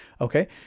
okay